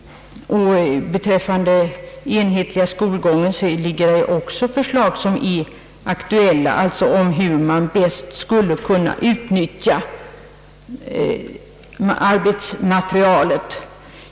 Vad beträffar skolans område och den omtalade enhetligheten föreligger också aktuella förslag om hur man bäst skulle kunna utnyttja arbetsmaterialet.